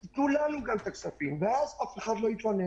אבל תנו גם לנו את הכספים, ואז אף אחד לא יתלונן.